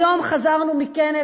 היום חזרנו מכנס,